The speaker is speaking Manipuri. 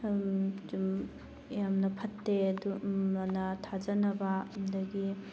ꯆꯨꯝ ꯌꯥꯝꯅ ꯐꯠꯇꯦ ꯑꯗꯨ ꯑꯅ ꯊꯥꯖꯅꯕ ꯑꯗꯒꯤ